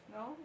no